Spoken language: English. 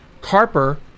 Carper